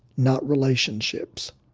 not relationships